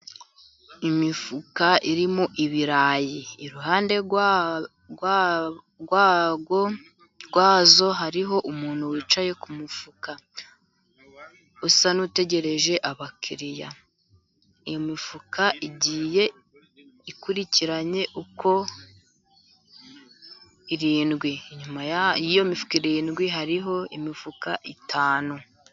Imifuka irimo ibirayi, iruhande rwayo hariho umuntu wicaye ku mufuka, usa n'utegereje abakiriya. Imifuka igiye ikurikiranye uko ari irindwi. Inyuma yiyo mifuka irindwi hariho imifuka itanu.